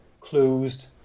closed